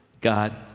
God